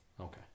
Okay